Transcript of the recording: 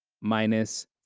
minus